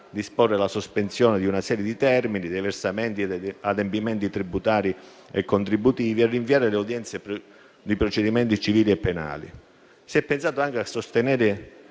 disporre la sospensione di una serie di termini, di versamenti e di adempimenti tributari e contributivi, nonché di rinviare le udienze di procedimenti civili e penali. Si è pensato anche a sostenere